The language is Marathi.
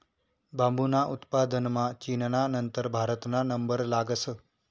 बांबूना उत्पादनमा चीनना नंतर भारतना नंबर लागस